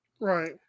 Right